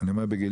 אני אומר בגילי,